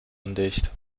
undicht